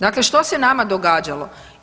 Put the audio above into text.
Dakle, što se nama događalo?